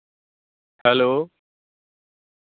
hello